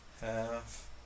half